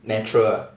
natural ah